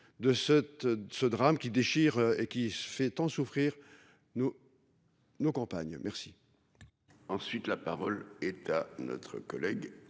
ce drame qui déchire et qui se fait tant souffrir, nous. Nos campagnes. Merci.